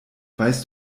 weißt